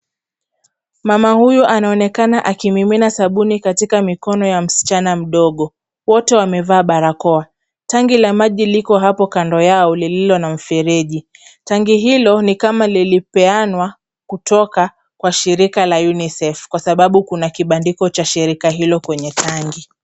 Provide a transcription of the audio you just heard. Mama huyu anaonekana akimimina sabuni katika mikoni ya msichana mdogo. Wote wamevaa barakoa. Tanki la maji liko hapo kando yao lililo na mfereji. Tanki hilo ni kama lilipeanwa kutoka kwa shirika la UNICEF, kwa sababu kuna kibandiko cha shirika hilo kwenye tanki.